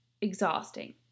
exhausting